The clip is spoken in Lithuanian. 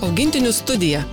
augintinių studija